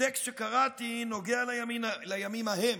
הטקסט שקראתי נוגע לימים ההם,